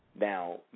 Now